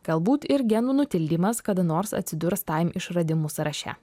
galbūt ir genų nutildymas kada nors atsidurs taim išradimų sąraše